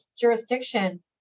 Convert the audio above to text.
jurisdiction